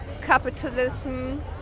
capitalism